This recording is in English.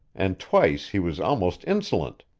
and twice he was almost insolent.